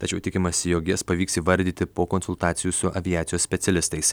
tačiau tikimasi jog jas pavyks įvardyti po konsultacijų su aviacijos specialistais